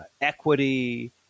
equity